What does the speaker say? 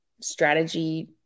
strategy